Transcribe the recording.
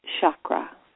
chakra